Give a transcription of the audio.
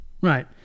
Right